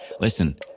Listen